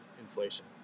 inflation